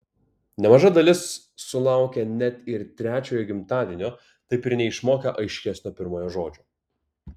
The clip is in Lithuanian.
nemaža dalis sulaukia net ir trečiojo gimtadienio taip ir neišmokę aiškesnio pirmojo žodžio